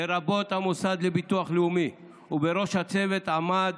לרבות המוסד לביטוח לאומי, ובראש הצוות עמד